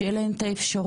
שיהיה להם את האפשרות,